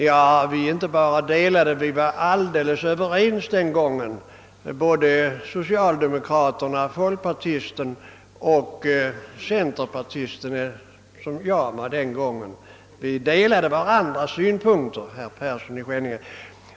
Ja, herr Persson i Skänninge, vi var faktiskt helt överens den gången — det gällde socialdemokrater, folkpartister och centerpartister.